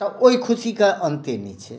तऽ ओहि खुशीके अन्ते नहि छै